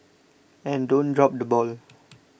and don't drop the ball